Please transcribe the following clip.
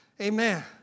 Amen